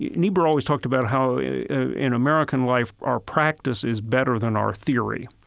niebuhr always talked about how in american life our practice is better than our theory,